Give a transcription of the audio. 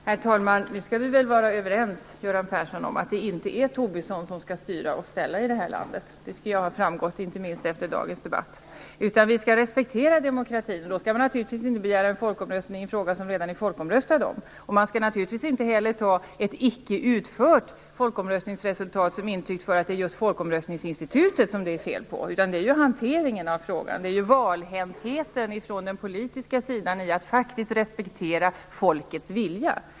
Herr talman! Nu skall vi väl vara överens om, Göran Persson, att det inte är Lars Tobisson som skall styra och ställa i det här landet. Det tycker jag har framgått inte minst av dagens debatt. Vi skall respektera demokratin. Då skall man naturligtvis inte begära en folkomröstning i en fråga där vi redan har haft en folkomröstning. Man skall naturligtvis inte heller ta ett förmodat resultat från en icke utförd folkomröstning som intyg för att det är just folkomröstningsinstitutet som det är fel på. Det är ju hanteringen av frågan som det är fel på. Det handlar ju om valhäntheten från den politiska sidan att faktiskt respektera folkets vilja.